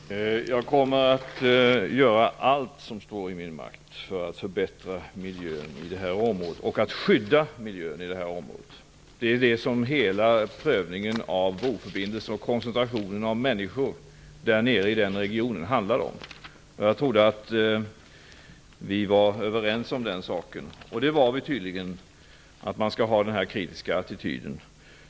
Fru talman! Jag kommer att göra allt som står i min makt för att förbättra och skydda miljön i det här området. Det är detta som hela prövningen av broförbindelsen och koncentrationen av människor i en regionen handlar om. Jag trodde att vi var överens om att ha en kritisk attityd.